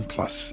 Plus